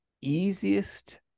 easiest